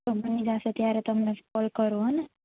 બની જશે ત્યારે તમને કોલ કરું હો ને